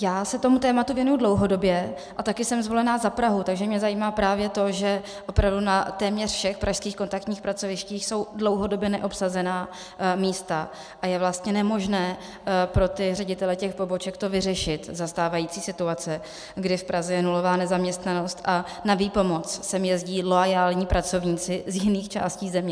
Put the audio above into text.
Já se tomu tématu věnuji dlouhodobě a taky jsem zvolená za Prahu, takže mě zajímá právě to, že opravdu na téměř všech pražských kontaktních pracovištích jsou dlouhodobě neobsazená místa a je vlastně nemožné pro ředitele těch poboček to vyřešit za stávající situace, kdy v Praze je nulová nezaměstnanost a na výpomoc sem jezdí loajální pracovníci z jiných částí země.